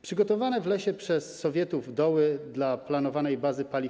Przygotowane w lesie przez sowietów doły dla planowanej bazy paliw